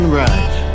right